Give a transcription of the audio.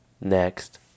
next